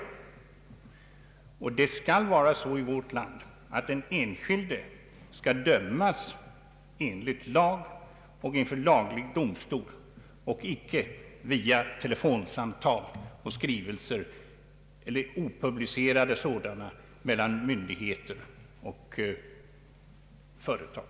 I vårt land skall råda den ordningen att den enskilde skall dömas enligt lag och inför laglig domstol och icke via telefonsamtal och opublicerade skrivelser mellan myndigheter och företag.